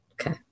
Okay